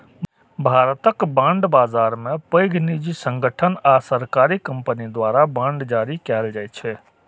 भारतक बांड बाजार मे पैघ निजी संगठन आ सरकारी कंपनी द्वारा बांड जारी कैल जाइ छै